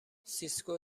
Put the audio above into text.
سیسکو